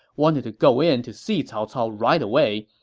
wanted to go in to see cao cao right away,